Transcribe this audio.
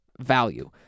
value